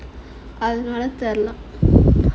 அதனால தெரில:adhunaala therila